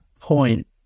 point